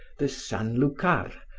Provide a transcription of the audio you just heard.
the san lucar,